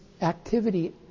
activity